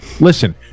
listen